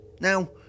Now